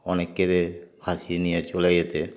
অনেকেরে হাসি নিয়ে চলে যেতে